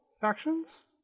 factions